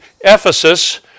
Ephesus